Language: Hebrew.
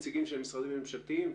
כמובן עם כל האיזונים בין הצרכים השונים.